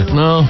no